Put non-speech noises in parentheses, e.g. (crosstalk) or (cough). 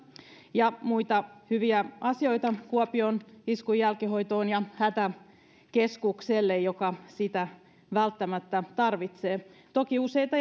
muita hyviä asioita lisärahoitus kuopion iskun jälkihoitoon ja hätäkeskukselle joka sitä välttämättä tarvitsee toki useita (unintelligible)